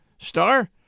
Star